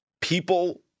people